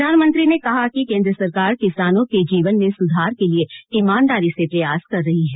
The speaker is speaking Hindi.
प्रधानमंत्री ने कहा कि कोन्द्र सरकार किसानों के जीवन में सुधार के लिए ईमानदारी से प्रयास कर रही है